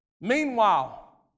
Meanwhile